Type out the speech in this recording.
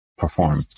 perform